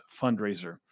fundraiser